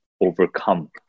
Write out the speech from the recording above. overcome